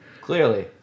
clearly